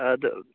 آدٕ